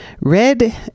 Red